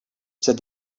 said